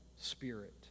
spirit